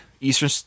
Eastern